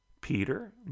Peter